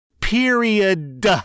period